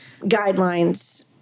guidelines